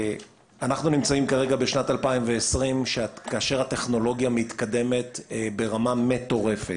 אנחנו נמצאים כרגע בשנת 2020 כאשר הטכנולוגיה מתקדמת ברמה מטורפת